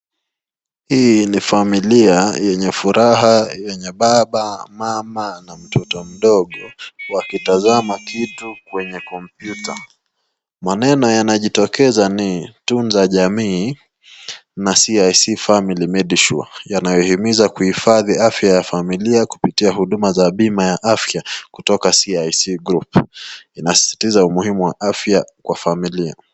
Hii ni familia yenye furaha yeye baba mama na mtoto mdogo wakitazama kitu kwenye kompyuta. Maneno yanajitokeza ni tunza jamii na CIC Family medisure yanayohimiza kuhifadhi afya ya familia kupitia bima ya afya kutoka CIC group. Inasisitiza umuhimu wa afya kwa familia.